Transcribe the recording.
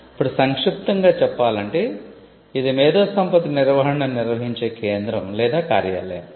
ఇప్పుడు సంక్షిప్తంగా చెప్పాలంటే ఇది మేధోసంపత్తి నిర్వహణను నిర్వహించే కేంద్రం లేదా కార్యాలయం